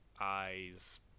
eyes